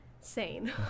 sane